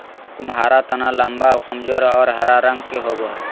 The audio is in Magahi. कुम्हाडा तना लम्बा, कमजोर और हरा रंग के होवो हइ